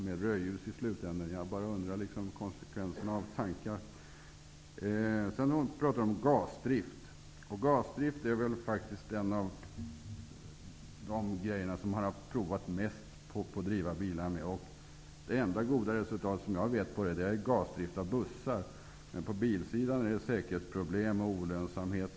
Jag frågar mig vad det finns för konsekvens i detta. Sedan talade Lena Klevenås om gasdrift. Gasdrift är en av de grejor man provat mest när det gäller att driva bilar. Det enda goda resultat som jag känner till är gasdrift av bussar. Men på bilsidan finns det problem med säkerhet och olönsamhet.